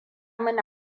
mini